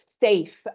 safe